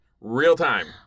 Real-time